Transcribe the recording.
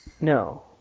No